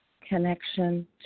connection